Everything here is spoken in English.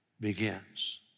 begins